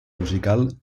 musical